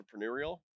entrepreneurial